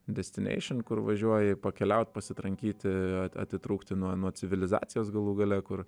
destineišin kur važiuoji pakeliaut pasitrankyti atitrūkti nuo nuo civilizacijos galų gale kur